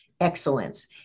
excellence